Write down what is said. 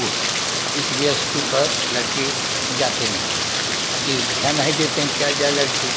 वो है इसीलिए इस्कूल पर लड़के जाते नहीं की ध्यान नहीं देते हैं क्या जाए लड़के